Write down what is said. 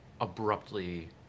Abruptly